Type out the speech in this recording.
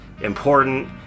important